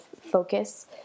focus